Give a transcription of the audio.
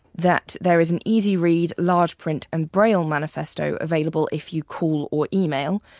that there is an easy read, large print and braille manifesto available if you call or email.